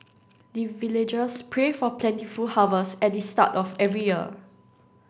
the villagers pray for plentiful harvest at the start of every year